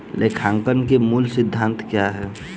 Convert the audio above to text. लेखांकन के मूल सिद्धांत क्या हैं?